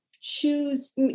choose